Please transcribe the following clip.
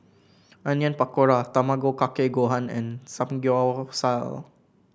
Onion Pakora Tamago Kake Gohan and Samgyeopsal